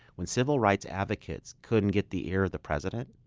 when civil rights advocates couldn't get the ear of the president,